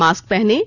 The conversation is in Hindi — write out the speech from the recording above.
मास्क पहनें